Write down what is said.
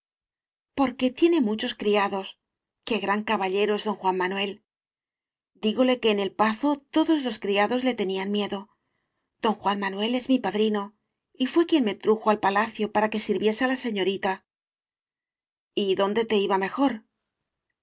porque tiene muchos criados qué gran caballero es don juan manuel díeole que en el pazo todos los criados le tenían miedo don juan manuel es mi padrino y fué quien me trujo al palacio para que sir viese á la señorita y dónde te iba mejor